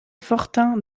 fortin